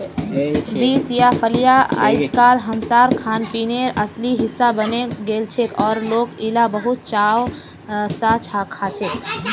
beans या फलियां अइजकाल हमसार खानपीनेर असली हिस्सा बने गेलछेक और लोक इला बहुत चाव स खाछेक